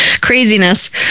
craziness